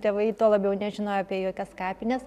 tėvai tuo labiau nežinojo apie jokias kapines